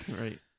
right